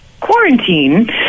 quarantine